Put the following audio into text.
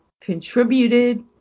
contributed